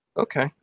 Okay